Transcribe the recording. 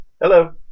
Hello